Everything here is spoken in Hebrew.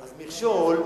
מכשול,